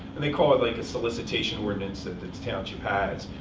and they call it, like, a solicitation ordinance that this township has,